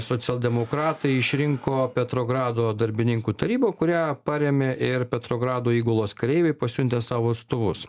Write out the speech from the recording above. socialdemokratai išrinko petrogrado darbininkų tarybą kurią parėmė ir petrogrado įgulos kareiviai pasiuntę savo atstovus